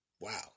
Wow